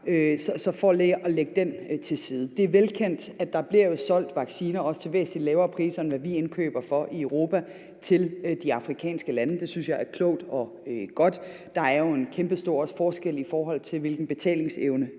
Så det er for at lægge den til side. Det er jo velkendt, at der bliver solgt vacciner, også til væsentlig lavere priser, end hvad vi indkøber for i Europa, til de afrikanske lande. Det synes jeg er klogt og godt. Der er jo også en kæmpestor forskel, i forhold til hvilken betalingsevne